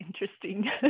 interesting